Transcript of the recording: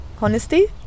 honesty